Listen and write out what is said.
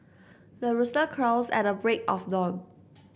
the rooster crows at the break of dawn